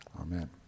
amen